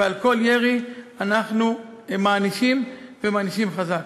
על כל ירי אנחנו מענישים, ומענישים חזק.